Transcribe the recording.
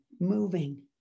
Moving